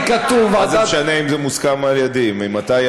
לי כתוב ועדת, מה זה משנה אם זה מוסכם על-ידי?